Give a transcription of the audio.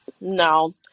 no